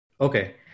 Okay